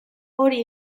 hori